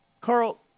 Carl